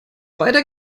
weiter